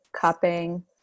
cupping